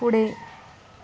पुढे